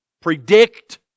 predict